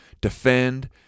defend